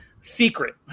secret